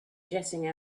jetting